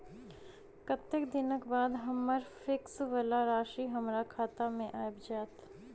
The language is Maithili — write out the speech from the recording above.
कत्तेक दिनक बाद हम्मर फिक्स वला राशि हमरा खाता मे आबि जैत?